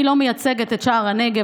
אני לא מייצגת את שער הנגב,